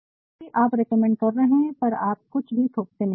यदीपि आप रेकमेंड कर रहे है पर आप कुछ भी थोपते नहीं है